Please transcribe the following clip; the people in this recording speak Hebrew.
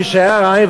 כשהיה רעב,